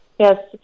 Yes